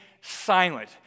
silent